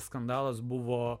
skandalas buvo